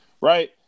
Right